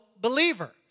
believer